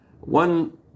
One